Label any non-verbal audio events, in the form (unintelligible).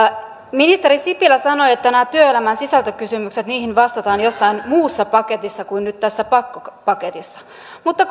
ministeri sipilä sanoi että näihin työelämän sisältökysymyksiin vastataan jossain muussa paketissa kuin nyt tässä pakkopaketissa mutta (unintelligible)